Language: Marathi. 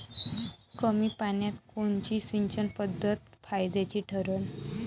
कमी पान्यात कोनची सिंचन पद्धत फायद्याची ठरन?